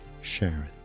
Sharon